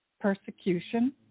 Persecution